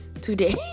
Today